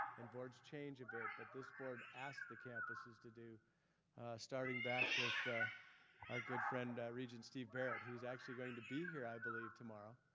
and boards change a bit, but this board asked the campuses to do starting back with our good friend, regent steve barrett who's actually going to be here, i believe, tomorrow.